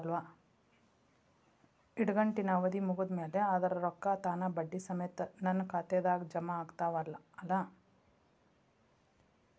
ಇಡಗಂಟಿನ್ ಅವಧಿ ಮುಗದ್ ಮ್ಯಾಲೆ ಅದರ ರೊಕ್ಕಾ ತಾನ ಬಡ್ಡಿ ಸಮೇತ ನನ್ನ ಖಾತೆದಾಗ್ ಜಮಾ ಆಗ್ತಾವ್ ಅಲಾ?